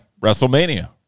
WrestleMania